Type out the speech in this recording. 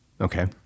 Okay